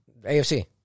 AFC